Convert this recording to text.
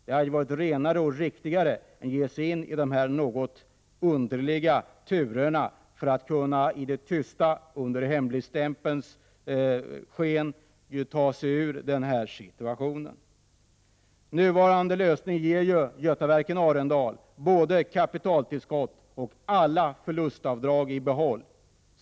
Det hade varit renhårigare och riktigare än att ge sig in på dessa egendomliga turer för att kunna i det tysta, med hemligstämpeln, ta sig ur denna situation. Den nu föreslagna läsningen ger Götaverken Arendal både kapitaltillskott och alla förlustavdrag i behåll.